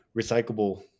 recyclable